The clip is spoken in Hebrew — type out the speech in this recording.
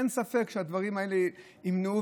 אין ספק שהדברים האלה ימנעו,